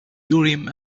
urim